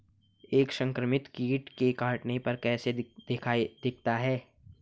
एक संक्रमित कीट के काटने पर कैसा दिखता है?